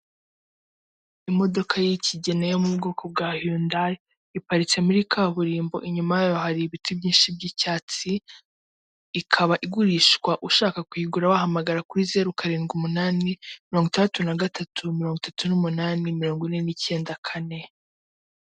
Imodoka y'ikigina yo mu bwoko bwa yundayi iparitse muri kaburimbo inyuma yayo hari ibiti byinshi by'icyatsi ikaba igurishwa ushaka kuyigura wahamagara kuri zeru karindwi umunani, mirongo itandatu na gatatu mirongo itatu n'umunani, mirongo ine n'icyenda kane.